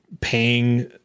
paying